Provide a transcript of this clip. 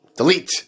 Delete